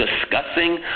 discussing